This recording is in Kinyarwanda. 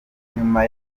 nyuma